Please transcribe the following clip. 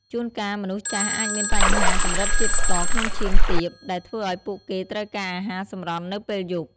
ជួនកាលមនុស្សចាស់អាចមានបញ្ហាកម្រិតជាតិស្ករក្នុងឈាមទាប ដែលធ្វើឱ្យពួកគេត្រូវការអាហារសម្រន់នៅពេលយប់។